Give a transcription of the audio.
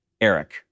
Eric